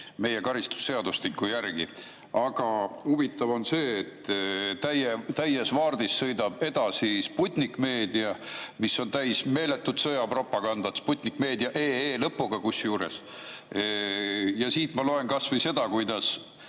meie karistusseadustiku järgi. Aga huvitav on see, et täies vaardis sõidab edasi Sputnik Meedia, mis on täis meeletut sõjapropagandat – sputnik-meedia.ee. Siit ma loen kas või seda, kuidas